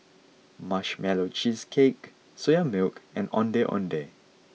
Marshmallow Cheesecake Soya Milk and Ondeh Ondeh